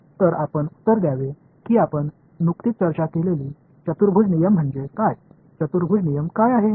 तर आपण उत्तर द्यावे की आपण नुकतीच चर्चा केलेली चतुर्भुज नियम म्हणजे काय चतुर्भुज नियम काय आहे